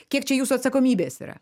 kiek čia jūsų atsakomybės yra